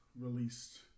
released